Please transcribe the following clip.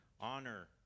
honor